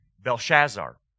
Belshazzar